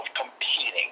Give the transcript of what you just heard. competing